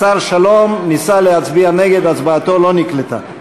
השר שלום ניסה להצביע נגד, הצבעתו לא נקלטה.